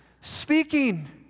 speaking